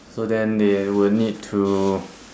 so then they would need to